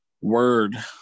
word